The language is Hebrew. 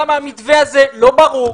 למה המתווה הזה לא ברור?